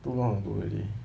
too long ago already